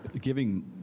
giving